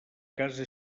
casa